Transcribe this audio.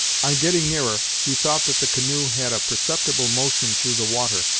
on getting nearer, he thought that the canoe had a perceptible motion through the water,